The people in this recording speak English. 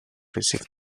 receive